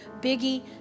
biggie